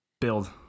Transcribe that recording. Build